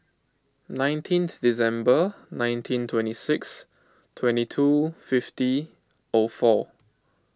nineteenth December nineteen twenty six twenty two fifty O four